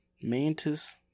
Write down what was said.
mantis